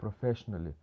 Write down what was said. professionally